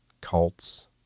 cults